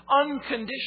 unconditional